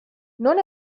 non